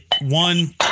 one